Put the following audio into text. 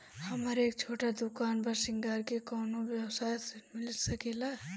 हमर एक छोटा दुकान बा श्रृंगार के कौनो व्यवसाय ऋण मिल सके ला?